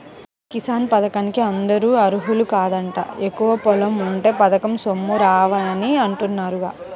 కిసాన్ పథకానికి అందరూ అర్హులు కాదంట, ఎక్కువ పొలం ఉంటే పథకం సొమ్ములు రావని అంటున్నారుగా